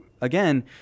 again